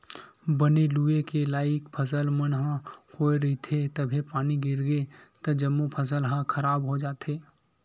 बने लूए के लइक फसल मन ह होए रहिथे तभे पानी गिरगे त जम्मो फसल ह खराब हो जाथे